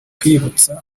kwibutsa